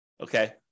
Okay